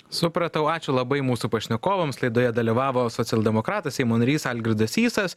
supratau ačiū labai mūsų pašnekovams laidoje dalyvavo socialdemokratas seimo narys algirdas sysas